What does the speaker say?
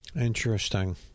Interesting